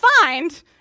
find